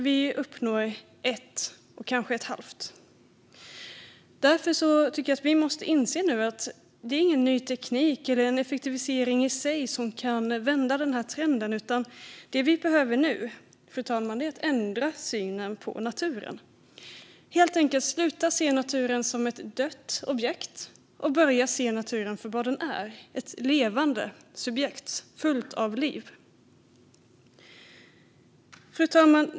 Vi uppnår ett, kanske ett och ett halvt. Vi måste därför inse att ingen ny teknik och ingen effektivisering i sig kan vända trenden. Det vi behöver nu, fru talman, är att ändra syn på naturen - helt enkelt sluta se naturen som ett dött objekt och börja se den för vad den är: ett levande subjekt fullt av liv. Fru talman!